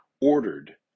ordered